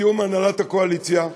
בתיאום עם הנהלת הקואליציה,